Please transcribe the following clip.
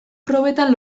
probetan